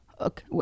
okay